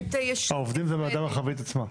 העובדים זה הוועדה המרחבית עצמה.